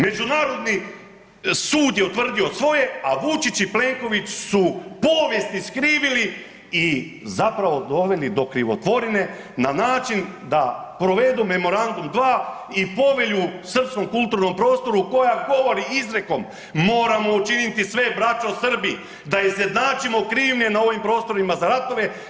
Međunarodni sud je utvrdio svoje, a Vučić i Plenković su povijest iskrivili i zapravo doveli do krivotvorine na način da provedu Memorandum dva i Povelju srpskom kulturnom prostoru koja govori izrijekom, moramo učiniti sve braćo Srbi da izjednačimo krivnje na ovim prostorima za ratove.